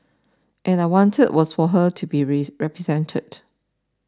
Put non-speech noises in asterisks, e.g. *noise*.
and I wanted was for her to be *unintelligible* represented